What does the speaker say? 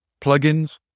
plugins